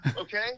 Okay